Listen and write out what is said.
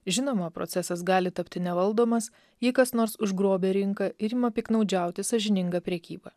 žinoma procesas gali tapti nevaldomas jei kas nors užgrobia rinką ir ima piktnaudžiauti sąžininga prekyba